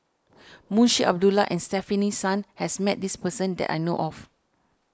Munshi Abdullah and Stefanie Sun has met this person that I know of